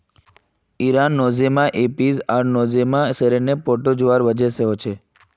इरा Nosema apis आर Nosema ceranae protozoa वजह से होछे